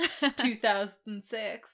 2006